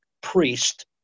priest